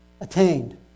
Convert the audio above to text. attained